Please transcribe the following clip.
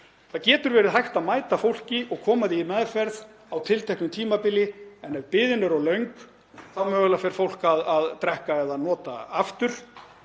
Það getur verið hægt að mæta fólki og koma því í meðferð á tilteknu tímabili en ef biðin er of löng þá fer fólk kannski að drekka eða nota aftur